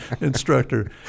instructor